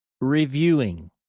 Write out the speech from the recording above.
reviewing